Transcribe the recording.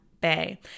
bay